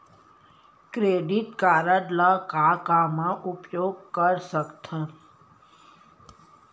Credit card ला का का मा उपयोग कर सकथन?